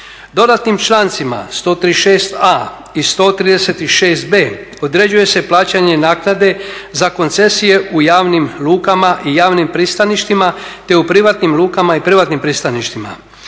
Dodatnim člancima 136a i 136b određuje se plaćanje naknade za koncesije u javnim lukama i javnim pristaništima te u privatnim lukama i privatnim pristaništima.